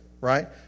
Right